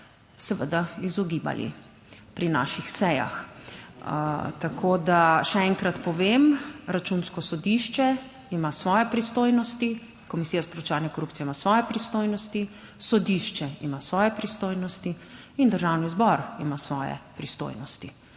seveda izogibali pri naših sejah. Tako da, še enkrat povem, Računsko sodišče ima svoje pristojnosti, Komisija za preprečevanje korupcije ima svoje pristojnosti, sodišče ima svoje pristojnosti in Državni zbor ima svoje pristojnosti